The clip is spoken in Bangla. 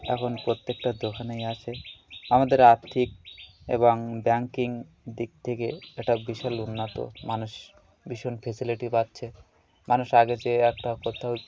এখন প্রত্যেকটা দোকানেই আছে আমাদের আর্থিক এবং ব্যাঙ্কিং দিক থেকে একটা বিশাল উন্নত মানুষ ভীষণ ফেসিলিটি পাচ্ছে মানুষ আগে যেয়ে একটা কোথাও